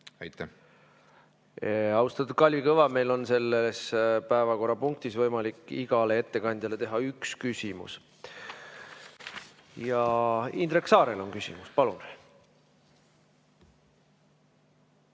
Palun! Austatud Kalvi Kõva, meil on selles päevakorrapunktis võimalik igale ettekandjale esitada üks küsimus. Indrek Saarel on küsimus. Palun!